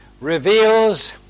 reveals